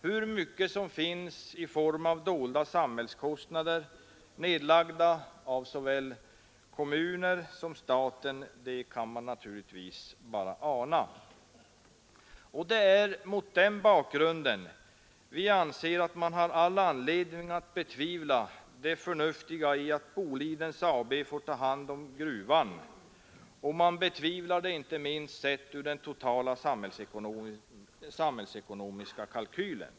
Hur mycket som finns i form av dolda samhällskostnader, nedlagda av såväl kommuner som stat, kan man naturligtvis bara ana. Det är mot den bakgrunden som vi anser att vi har all anledning att betvivla det förnuftiga i att Boliden AB får ta hand om gruvan — och vi betvivlar det inte minst med hänsyn till den totala samhällsekonomiska kalkylen.